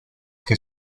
que